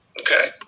Okay